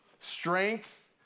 strength